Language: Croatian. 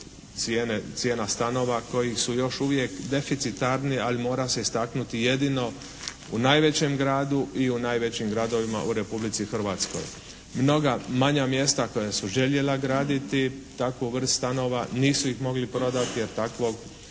cijena stanova koji su još uvijek deficitarni, ali mora se istaknuti jedino u najvećem gradu i u najvećim gradovima u Republici Hrvatskoj. Mnoga manja mjesta koja su željela graditi takvu vrst stanova nisu ih mogli prodati jer takvog